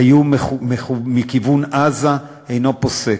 האיום מכיוון עזה אינו פוסק,